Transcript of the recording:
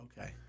Okay